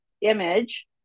image